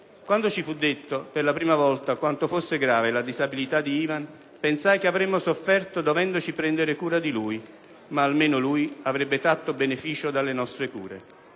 «Quando ci fu detto per la prima volta quanto fosse grave la disabilità di Ivan, pensai che avremmo sofferto dovendoci prendere cura di lui, ma almeno lui avrebbe tratto beneficio dalle nostre cure.